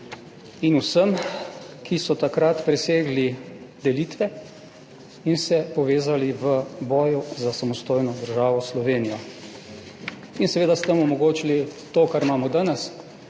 in vsem, ki so takrat presegli delitve in se povezali v boju za samostojno državo Slovenijo in seveda s tem omogočili to, kar imamo danes